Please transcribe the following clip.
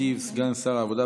ישיב סגן שר העבודה,